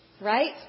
right